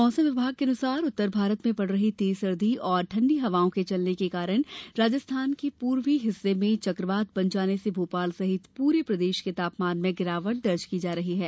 मौसम विभाग के अनुसार उत्तर भारत में पड़ रही तेज सर्दी और ठंडी हवाओं के चलने के साथ साथ राजस्थान के पूर्वी हिस्सें में चक्रवात बन जाने से भोपाल सहित पूरे प्रदेश के तापमान में गिरावट दर्ज की जा रही है